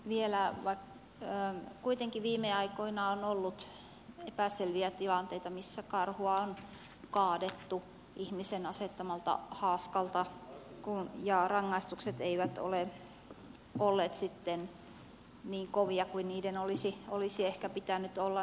kuitenkin viime aikoina on ollut epäselviä tilanteita missä karhua on kaadettu ihmisen asettamalta haaskalta ja rangaistukset eivät ole olleet niin kovia kuin niiden olisi ehkä pitänyt olla